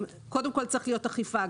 קודם כל, צריכה להיות אכיפה.